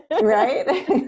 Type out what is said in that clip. right